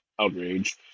outrage